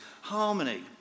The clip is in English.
harmony